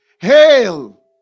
hail